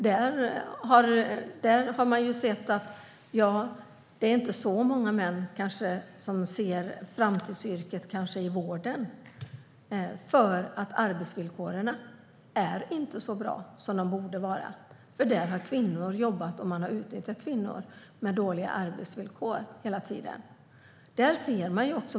Det är kanske inte så många män som ser sitt framtidsyrke inom vården, för arbetsvillkoren är inte så bra som de borde vara. Men där har kvinnor jobbat, och där har man hela tiden utnyttjat kvinnor med dåliga arbetsvillkor.